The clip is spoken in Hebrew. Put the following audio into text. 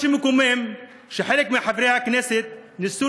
מה שמקומם זה שחלק מחברי הכנסת ניסו